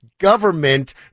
government